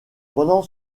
pendant